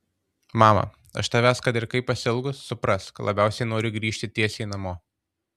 mama aš tavęs kad ir kaip pasiilgus suprask labiausiai noriu grįžt tiesiai namo